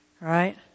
Right